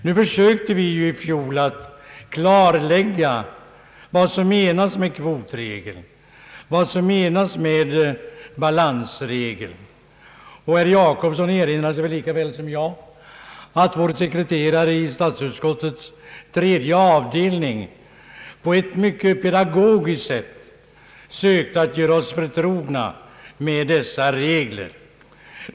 Vi försökte i fjol att klarlägga vad som menas med kvotregel och balansregel, och herr Jacobsson erinrar sig väl lika bra som jag att vår sekreterare i statsutskottets tredje avdelning på ett mycket pedagogiskt sätt sökte att göra oss förtrogna med dessa regler.